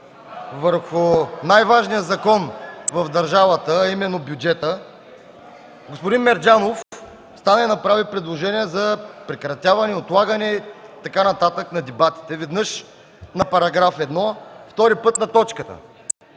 върху най-важния закон в държавата, а именно бюджета, господин Мерджанов стана и направи предложение за прекратяване, отлагане и така нататък на дебатите веднъж на § 1, втори път на точката.